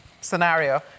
scenario